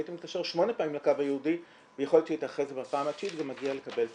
והייתי מתקשר שמונה פעמים לקו הייעודי ומגיע לקבל טיפול.